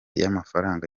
y’amafaranga